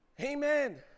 amen